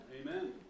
Amen